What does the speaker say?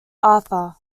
arthur